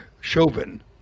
Chauvin